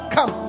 Come